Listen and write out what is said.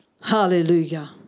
Hallelujah